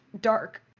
dark